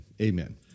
Amen